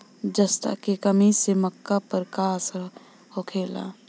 जस्ता के कमी से मक्का पर का असर होखेला?